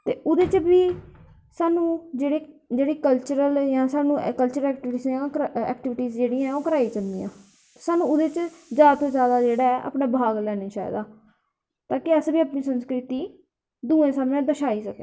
ते ओह्दे च बी सानूं एह् जेह्ड़े कल्चरल जां सानूं एह् कल्चरल एक्टिविटियां जेह्ड़ियां ओह् कराई जंदियां सानूं एह्दे च जादै कोला जादै जेह्ड़ा भाग लैना चाहिदा ताकी अस बी अपनी संस्कृति दूऐं सामनै दर्शाई सकन